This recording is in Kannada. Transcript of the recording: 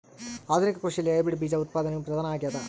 ಆಧುನಿಕ ಕೃಷಿಯಲ್ಲಿ ಹೈಬ್ರಿಡ್ ಬೇಜ ಉತ್ಪಾದನೆಯು ಪ್ರಧಾನ ಆಗ್ಯದ